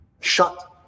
Shut